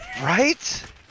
Right